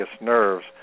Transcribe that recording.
nerves